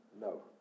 No